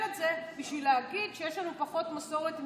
את זה בשביל להגיד שיש לנו פחות מסורת מכם.